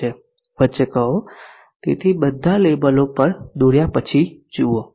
વચ્ચે કહો તેથી બધા લેબલો પર દોર્યા પછી જુવો